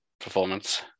performance